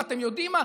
ואתם יודעים מה?